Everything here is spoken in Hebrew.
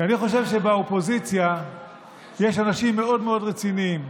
כי אני חושב שבאופוזיציה יש אנשים מאוד מאוד רציניים,